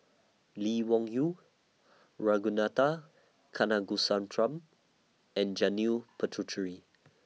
Lee Wung Yew Ragunathar Kanagasuntheram and Janil Puthucheary